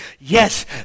Yes